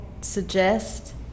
suggest